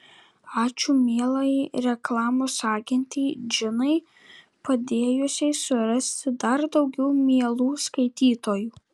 ačiū mielajai reklamos agentei džinai padėjusiai surasti dar daugiau mielų skaitytojų